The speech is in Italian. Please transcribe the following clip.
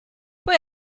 poi